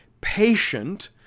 patient